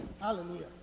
Hallelujah